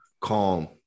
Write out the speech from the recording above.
calm